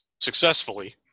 successfully